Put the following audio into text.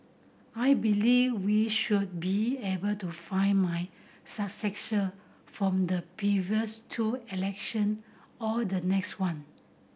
I believe we should be able to find my successor from the previous two election or the next one